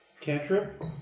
cantrip